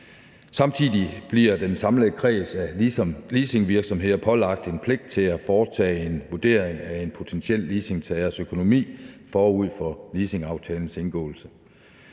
Samtidig bliver den samlede kreds er leasingvirksomheder pålagt en pligt til at foretage en vurdering af en potentiel leasingtagers økonomi forud for leasingaftalens indgåelse.